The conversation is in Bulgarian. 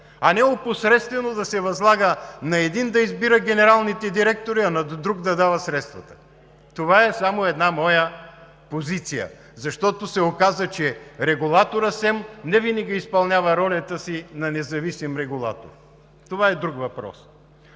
а не опосредствено да се възлага на един да избира генералните директори, а на друг – да дава средствата. Това е само една моя позиция, защото се оказа, че регулаторът СЕМ невинаги изпълнява ролята си на независим регулатор – това е друг въпрос.